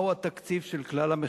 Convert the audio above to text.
41) (דיווח על ביצוע תקציב הכנסת),